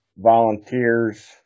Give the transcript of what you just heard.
Volunteers